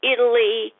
Italy